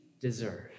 deserve